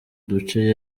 duce